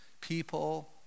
people